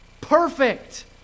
Perfect